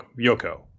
Yoko